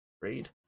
Read